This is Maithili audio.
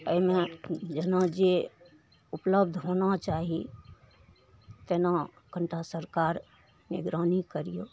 एहिमे जहिना जे उपलब्ध होना चाही तेना कनिटा सरकार निगरानी करिए